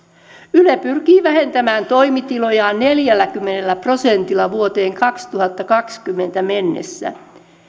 yle pyrkii vähentämään toimitilojaan neljälläkymmenellä prosentilla vuoteen kaksituhattakaksikymmentä mennessä